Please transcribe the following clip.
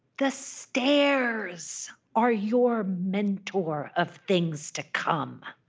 the stairs are your mentor of things to come,